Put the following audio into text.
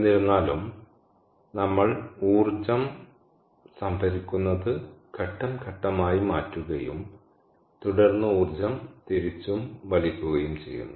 എന്നിരുന്നാലും നമ്മൾ ഊർജ്ജം സംഭരിക്കുന്നത് ഘട്ടം ഘട്ടമായി മാറ്റുകയും തുടർന്ന് ഊർജ്ജം തിരിച്ചും വലിക്കുകയും ചെയ്യുന്നു